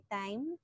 time